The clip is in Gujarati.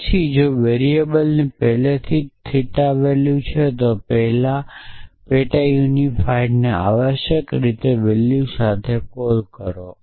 પછી જો વેરીએબલ ની પહેલેથી જ થિટામાં વેલ્યુ છે તો પેલા પેટા યુનિફાઇડ ને આવશ્યક તે વેલ્યુ સાથે કોલ કરો